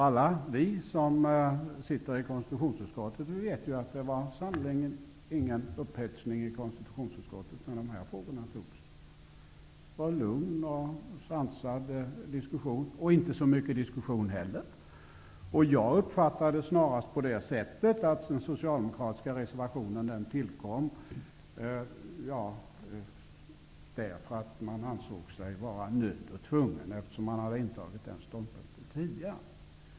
Alla vi som sitter i konstitutionsutskottet vet ju att det där sannerligen inte var någon upphetsning när dessa frågor behandlades. Det var en lugn och sansad diskussion -- för övrigt var det inte så mycket diskussion över huvud taget. Jag uppfattar det snarast så att den socialdemokratiska reservationen tillkom därför att man ansåg sig vara nödd och tvungen, eftersom man hade intagit den ståndpunkten tidigare.